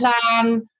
plan